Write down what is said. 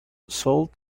sold